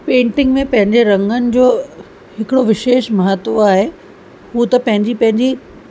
painting में पंहिंजे रंगनि जो हिकिड़ो विशेष महत्व आहे उहो त पंहिंजी पंहिंजी